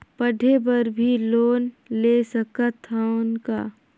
पढ़े बर भी लोन ले सकत हन का?